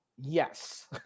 yes